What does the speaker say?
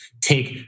take